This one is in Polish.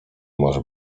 może